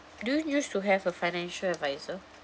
do you used to have a financial adviser